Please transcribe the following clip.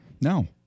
No